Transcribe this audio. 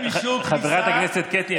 חברת הכנסת קטי,